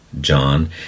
John